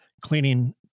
cleaning